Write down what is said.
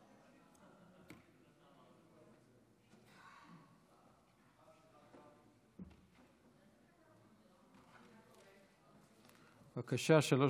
בבקשה, שלוש